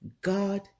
God